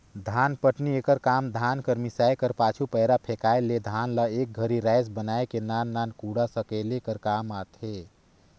धानपटनी एकर काम धान कर मिसाए कर पाछू, पैरा फेकाए ले धान ल एक घरी राएस बनाए के नान नान कूढ़ा सकेले कर काम आथे